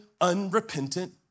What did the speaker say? unrepentant